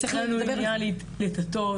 אין לנו עניין לטאטא,